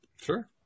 Sure